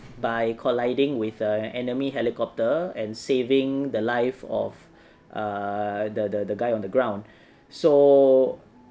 by colliding with a enemy helicopter and saving the life of uh the the guy on the ground so